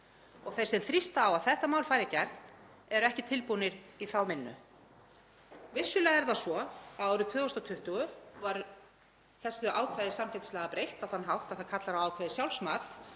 og þeir sem þrýsta á að þetta mál fari í gegn eru ekki tilbúnir í þá vinnu. Vissulega er það svo að árið 2020 var þessu ákvæði samkeppnislaga breytt á þann hátt að það kallar á ákveðið sjálfsmat